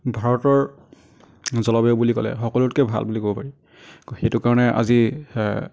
ভাৰতৰ জলবায়ু বুলি ক'লে সকলোতকৈ ভাল বুলি ক'ব পাৰি সেইটো কাৰণে আজি